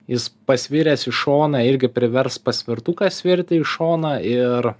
jis pasviręs į šoną irgi privers paspirtuką svirti į šoną ir